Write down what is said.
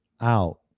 out